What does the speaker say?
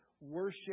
Worship